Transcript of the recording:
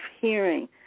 hearing